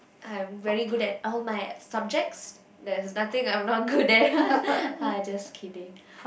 I'm very good at all my subjects there's nothing I'm not good at ah just kidding